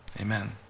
Amen